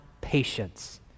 patience